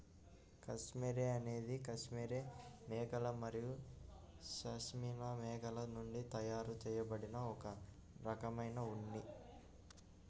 cashmere అనేది cashmere మేకలు మరియు పష్మినా మేకల నుండి తయారు చేయబడిన ఒక రకమైన ఉన్ని